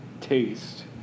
taste